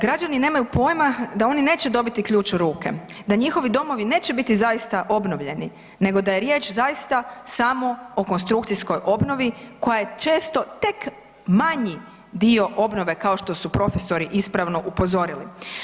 Građani nemaju pojma da oni neće dobiti ključ u ruke, da njihovi domovi neće biti zaista obnovljeni, nego da je riječ zaista samo o konstrukcijskoj obnovi koja je često tek manji dio obnove kao što su profesori ispravno upozorili.